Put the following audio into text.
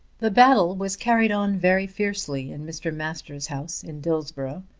the battle was carried on very fiercely in mr. masters' house in dillsborough,